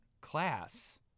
class